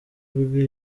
ubwe